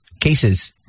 cases